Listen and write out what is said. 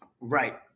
Right